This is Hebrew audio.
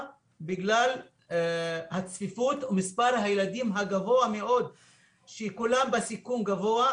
בגלל הצפיפות ומספר הילדים הגבוה מאוד וכולם בסיכון גבוה.